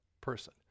person